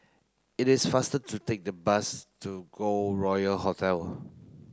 it is faster to take a bus to Golden Royal Hotel